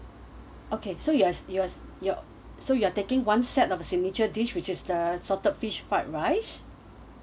okay so yours yours ya so you are taking one set of a signature dish which is the salted fish fried rice